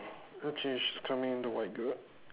okay she's coming into my group